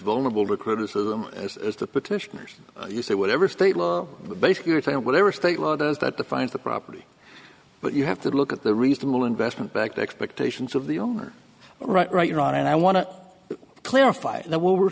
vulnerable to criticism as the petitioners you say whatever state law basically or to whatever state law those that defines the property but you have to look at the reasonable investment back the expectations of the owner right right ron and i want to clarify that what we're